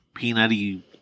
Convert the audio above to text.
peanutty